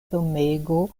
domego